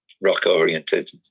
rock-oriented